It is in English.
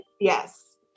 yes